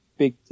big